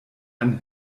ein